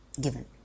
given